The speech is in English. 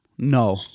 No